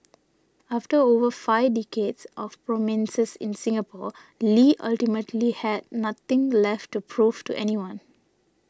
after over five decades of prominence's in Singapore Lee ultimately had nothing left to prove to anyone